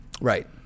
Right